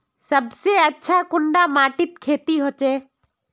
सबसे अच्छा कुंडा माटित खेती होचे?